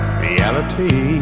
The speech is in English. reality